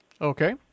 Okay